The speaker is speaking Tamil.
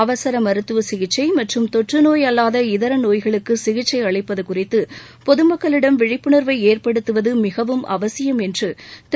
அவசர மருத்துவ சிகிச்சை மற்றும் தொற்றநோய் அல்லாத இதர நோய்களுக்கு சிகிச்சை அளிப்பது குறித்து பொதுமக்களிடம் விழிப்புணாவை ஏற்படுத்துவது மிகவும் அவசியம் என்று திரு